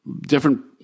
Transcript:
different